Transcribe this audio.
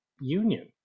union